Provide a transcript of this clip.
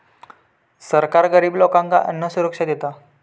सरकार गरिब लोकांका अन्नसुरक्षा देता